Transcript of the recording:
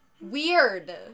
Weird